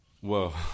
Whoa